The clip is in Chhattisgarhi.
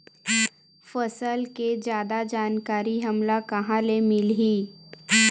फसल के जादा जानकारी हमला कहां ले मिलही?